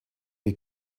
die